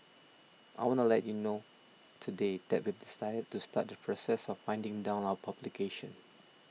I want to let you know today that we've decided to start the process of winding down our publication